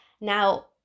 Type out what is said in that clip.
Now